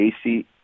AC